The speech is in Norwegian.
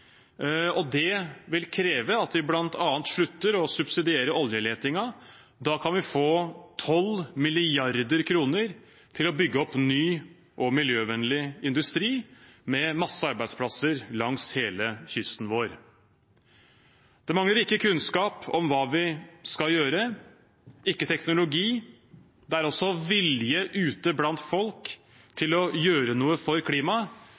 og det vil kreve at vi bl.a. slutter å subsidiere oljeletingen. Da kan vi få 12 mrd. kr til å bygge opp ny og miljøvennlig industri med mange arbeidsplasser langs hele kysten vår. Det mangler ikke kunnskap om hva vi skal gjøre, ikke teknologi. Det er også vilje ute blant folk til å gjøre noe for